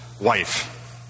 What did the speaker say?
wife